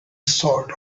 sought